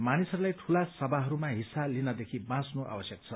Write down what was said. मानिसहरूलाई ठूला सभाहरूमा हिस्सा लिनदेखि बाँच्नु आवश्यक छ